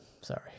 Sorry